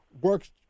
works